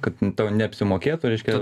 kad tau neapsimokėtų reiškia